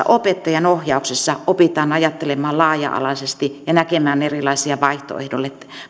opettajan ohjauksessa opitaan ajattelemaan laaja alaisesti ja näkemään erilaisia